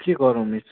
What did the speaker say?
के गरौँ मिस